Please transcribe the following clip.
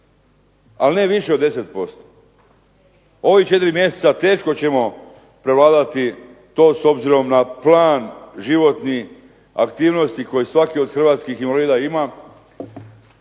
ali ne više od 10%. Ova četiri mjeseca teško ćemo prevladati to s obzirom na plan životnih aktivnosti koje svaki od hrvatskih invalida ima,